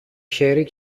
χέρι